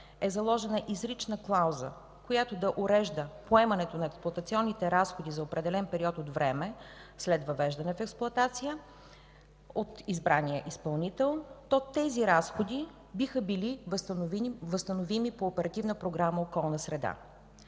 е заложена изрична клауза, която да урежда поемането на експлоатационните разходи за определен период от време след въвеждане в експлоатация от избрания изпълнител, то тези разходи биха била възстановими по Оперативна програма